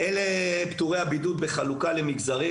בשקף אנחנו רואים את פטורי הבידוד בחלוקה למגזרים.